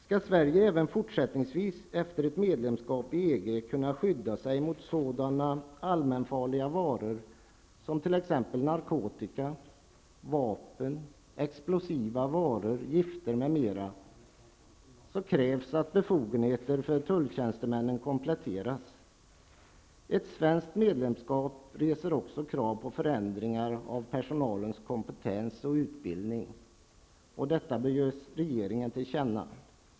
Skall Sverige även efter ett EG-medlemskap fortsättningsvis kunna skydda sig mot sådana allmänfarliga varor som narkotika, vapen, explosiva varor, gifter m.m. krävs att befogenheterna för tulltjänstemännen kompletteras. Ett svenskt medlemskap reser också krav på förändringar av personalens kompetens och utbildning. Detta bör ges regeringen till känna.